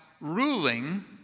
ruling